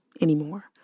anymore